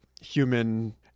human